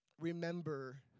remember